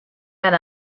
going